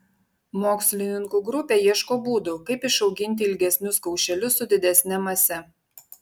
mokslininkų grupė ieško būdų kaip išauginti ilgesnius kaušelius su didesne mase